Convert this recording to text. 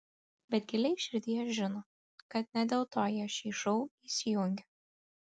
bet giliai širdyje žino kad ne dėl to jie šį šou įsijungia